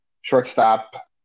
shortstop